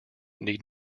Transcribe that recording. need